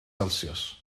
celsius